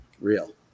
real